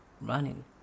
running